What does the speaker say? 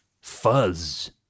Fuzz